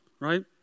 Right